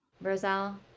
Roselle